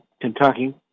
Kentucky